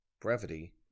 brevity